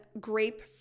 grape